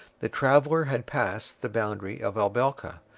the traveller had passed the boundary of el belka,